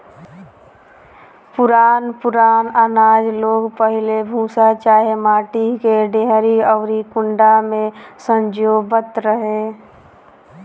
पुरान पुरान आनाज लोग पहिले भूसा चाहे माटी के डेहरी अउरी कुंडा में संजोवत रहे